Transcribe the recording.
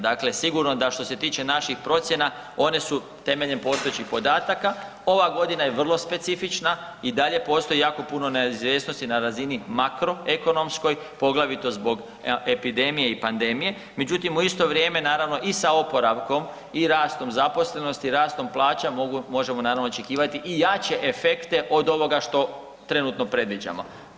Dakle, sigurno da što se tiče naših procjena, one su, temeljem postojećih podataka, ova godina je vrlo specifična, i dalje postoje jako puno neizvjesnosti na razini makroekonomskoj, poglavito zbog epidemije i pandemije, međutim, u isto vrijeme naravno, i sa oporavkom i rastom zaposlenosti, rastom plaća, možemo, naravno, očekivati i jače efekte od ovoga što trenutno predviđamo.